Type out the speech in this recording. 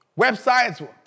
websites